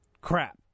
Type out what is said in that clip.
Crap